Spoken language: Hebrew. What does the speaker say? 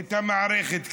את המערכת כאן.